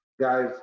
Guys